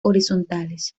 horizontales